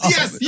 Yes